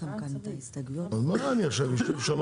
מי בעד הסתייגויות 7 עד 9,